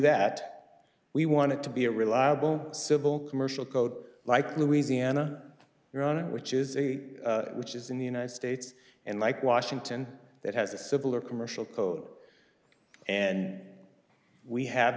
that we want to be a reliable civil commercial code like louisiana you're on it which is a which is in the united states unlike washington that has a civil or commercial code and we have